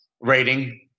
rating